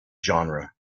genre